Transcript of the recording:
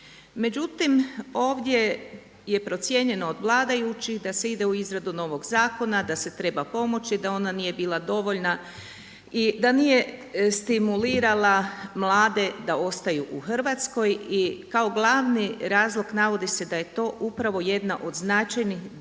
Međutim, ovdje je procijenjeno od vladajućih da se ide u izradu novog zakona, da se treba pomoći, da ona nije bila dovoljna i da nije stimulirala mlade da ostaju u Hrvatskoj. I kao glavni razlog navodi se da je to upravo jedna od značajnih